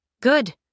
Good